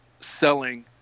selling